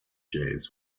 jazz